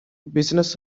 business